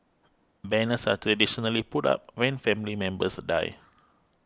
banners are traditionally put up when family members die